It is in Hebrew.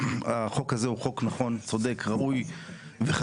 החוק הזה הוא חוק נכון, צודק, ראוי וחכם.